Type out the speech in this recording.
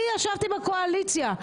אני ישבתי בקואליציה,